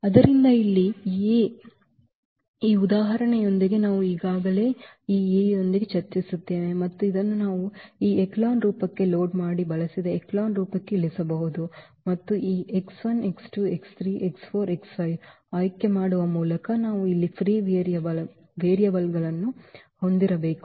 ಆದ್ದರಿಂದ ಇಲ್ಲಿ A ಈ ಉದಾಹರಣೆಯೊಂದಿಗೆ ನಾವು ಈಗಾಗಲೇ ಈ A ಯೊಂದಿಗೆ ಚರ್ಚಿಸಿದ್ದೇವೆ ಮತ್ತು ಇದನ್ನು ನಾವು ಈ ಎಚೆಲಾನ್ ರೂಪಕ್ಕೆ ಲೋಡ್ ಮಾಡಿದ ಬಳಸಿದ ಎಚೆಲಾನ್ ರೂಪಕ್ಕೆ ಇಳಿಸಬಹುದು ಮತ್ತು ಇದು ಈ ಆಯ್ಕೆ ಮಾಡುವ ಮೂಲಕ ನಾವು ಇಲ್ಲಿ ಫ್ರೀ ವೇರಿಯಬಲ್ ಗಳನ್ನು ಹೊಂದಿರಬೇಕು